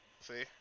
See